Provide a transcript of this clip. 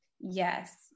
Yes